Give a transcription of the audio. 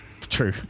true